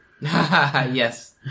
Yes